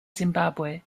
zimbabwe